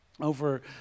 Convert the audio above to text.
over